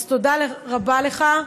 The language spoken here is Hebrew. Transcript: אז תודה רבה לך,